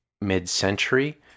mid-century